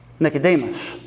Nicodemus